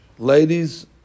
Ladies